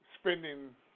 Spending